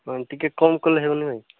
ହଁ ଟିକେ କମ୍ କଲେ ହେବ ନା ନାଇ